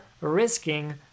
risking